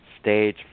stage